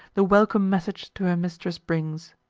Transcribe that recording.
the welcome message to her mistress brings.